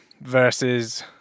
versus